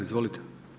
Izvolite.